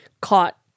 Caught